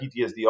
PTSD